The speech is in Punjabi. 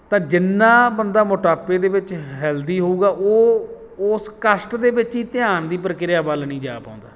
ਤਾਂ ਜਿੰਨਾ ਬੰਦਾ ਮੋਟਾਪੇ ਦੇ ਵਿੱਚ ਹੈਲਦੀ ਹੋਊਗਾ ਉਹ ਉਸ ਕਸ਼ਟ ਦੇ ਵਿੱਚ ਹੀ ਧਿਆਨ ਦੀ ਪ੍ਰਕਿਰਿਆ ਵੱਲ ਨਹੀਂ ਜਾ ਪਾਉਂਦਾ